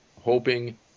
hoping